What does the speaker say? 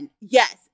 yes